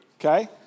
okay